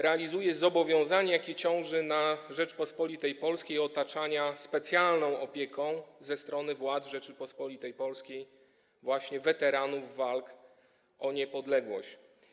Realizuje zobowiązanie, jakie ciąży na Rzeczypospolitej Polskiej, otaczania specjalną opieką przez władze Rzeczypospolitej Polskiej właśnie weteranów walk o niepodległość.